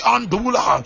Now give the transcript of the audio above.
Andula